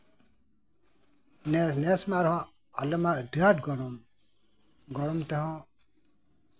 ᱱᱮᱥ ᱢᱟ ᱟᱨᱦᱚᱸ ᱟᱞᱮ ᱢᱟ ᱟᱹᱰᱤ ᱟᱸᱴ ᱜᱚᱨᱚᱢ ᱜᱚᱨᱚᱢ ᱛᱮᱦᱚᱸ